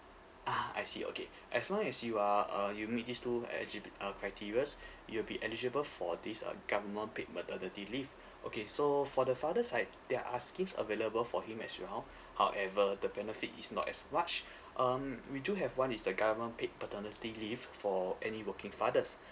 ah I see okay as long as you are uh you meet these two eligib~ uh criterias you'll be eligible for this uh government paid maternity leave okay so for the father's side there are schemes available for him as well however the benefit is not as much um we do have one is the government paid paternity leave for any working fathers